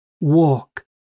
walk